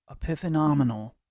epiphenomenal